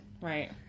Right